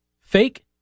Fake